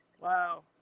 Wow